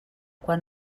quan